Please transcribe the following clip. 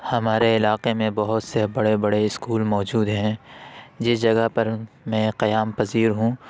ہمارے علاقے میں بہت سے بڑے بڑے اسکول موجود ہیں جس جگہ پر میں قیام پذیر ہوں